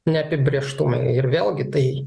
neapibrėžtumai ir vėlgi tai